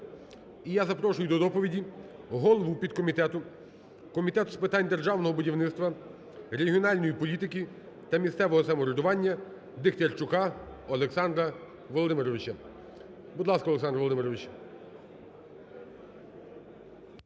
І я зарошую до доповіді голову підкомітету Комітету з питань державного будівництва, регіональної політики та місцевого самоврядування Дехтярчука Олександра Володимировича. Будь ласка, Олександр Володимирович.